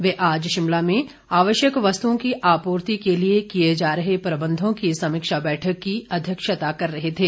वे आज शिमला में आवश्यक वस्तुओं की आपूर्ति के लिए किए जा रहे प्रबंधों की समीक्षा बैठक की अध्यक्षता कर रहे थे